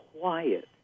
quiet